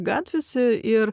gatvėse ir